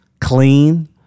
clean